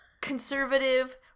conservative